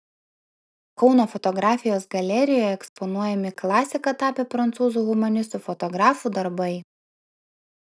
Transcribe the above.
kauno fotografijos galerijoje eksponuojami klasika tapę prancūzų humanistų fotografų darbai